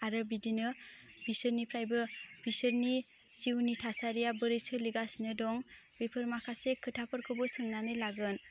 आरो बिदिनो बिसोरनिफ्रायबो बिसोरनि जिउनि थासारिया बोरै सोलिगासिनो दं बेफोर माखासे खोथाफोरखौबो सोंनानै लागोन